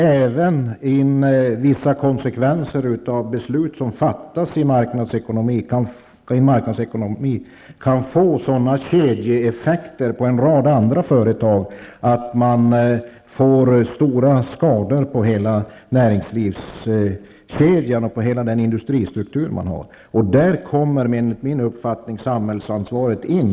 Även vissa beslut som fattas i en marknadsekonomi kan få sådana kedjeeffekter på en rad andra företag att man får stora skador på hela näringslivskedjan och den industristruktur man har. Där kommer enligt min uppfattning samhällsansvaret in.